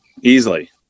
easily